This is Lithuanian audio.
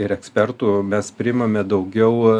ir ekspertų mes priimame daugiau